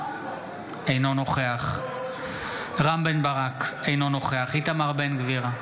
אינו נוכח רם בן ברק, אינו נוכח איתמר בן גביר,